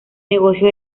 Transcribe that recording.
negocio